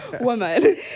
Woman